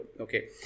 Okay